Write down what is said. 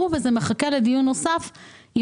בואו נדאג שהשלט הזה יופיע בכל פעם,